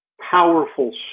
powerful